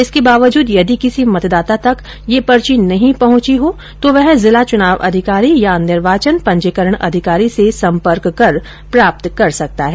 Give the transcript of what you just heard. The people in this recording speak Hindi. इसके बावजूद यदि किसी मतदाता तक यह पर्ची नहीं पहंची हो तो वह जिला चुनाव अधिकारी या निर्वाचन पंजीकरण अधिकारी से सम्पर्क कर प्राप्त कर सकता है